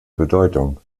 bedeutung